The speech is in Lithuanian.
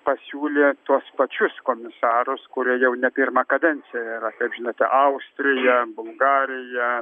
pasiūlė tuos pačius komisarus kurie jau ne pirmą kadenciją yra žinote austriją bulgariją